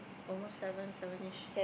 almost seven seven ish